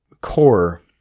core